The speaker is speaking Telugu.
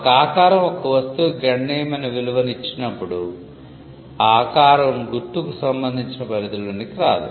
ఒక ఆకారం ఒక వస్తువుకి గణనీయమైన విలువను ఇచ్చినప్పుడు ఆ ఆకారం గుర్తుకు సంబంధించిన పరిధిలోనికి రాదు